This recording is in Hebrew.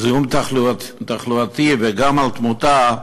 זיהום תחלואתי וגם על תמותה,